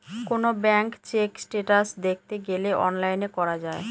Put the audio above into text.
কোনো bank check status দেখতে গেলে অনলাইনে করা যায়